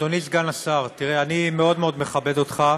אדוני סגן השר, תראה, אני מאוד מאוד מכבד אותך,